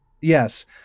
Yes